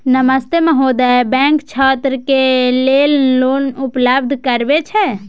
नमस्ते महोदय, बैंक छात्र के लेल लोन उपलब्ध करबे छै?